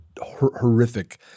horrific